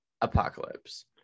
Apocalypse